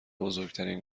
بزرگترین